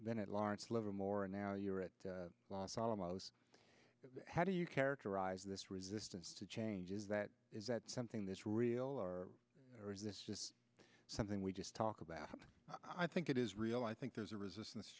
then at lawrence livermore and now you're at los alamos how do you characterize this resistance to change is that is that something that's real or or is this just something we just talk about i think it is real i think there's a resistance